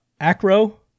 Acro